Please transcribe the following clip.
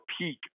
peak